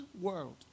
world